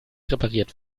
repariert